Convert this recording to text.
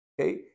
Okay